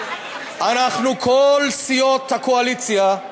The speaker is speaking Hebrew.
אנחנו, כל סיעות הקואליציה,